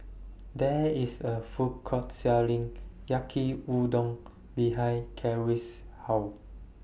There IS A Food Court Selling Yaki Udon behind Carie's House